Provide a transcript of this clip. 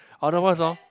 otherwise orh